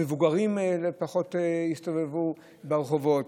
המבוגרים פחות הסתובבו ברחובות,